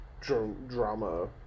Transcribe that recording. drama